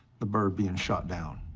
the bird being shot down.